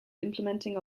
implementing